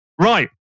Right